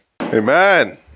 Amen